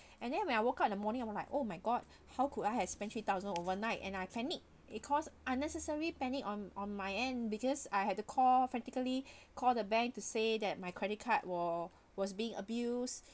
and then when I woke up in the morning I'm like oh my god how could I had spent three thousand overnight and I panic it cause unnecessary panic on on my end because I had to call frantically call the bank to say that my credit card were was being abused